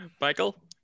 Michael